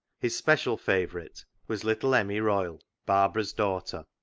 his special favourite was little emmie royle, barbara's daughter.